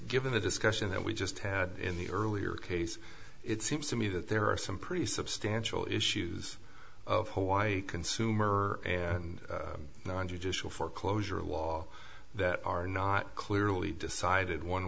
given the discussion that we just had in the earlier case it seems to me that there are some pretty substantial issues of hawaii consumer and nine hundred issue of foreclosure law that are not clearly decided one